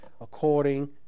according